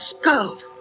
skull